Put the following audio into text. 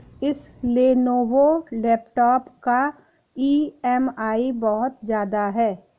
इस Lenovo laptop का EMI बहुत ज्यादा है